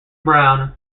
brown